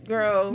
Girl